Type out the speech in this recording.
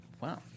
wow